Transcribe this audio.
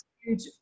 huge